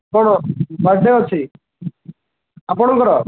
କ'ଣ birthday ଅଛି ଆପଣଙ୍କର